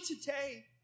today